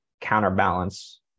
counterbalance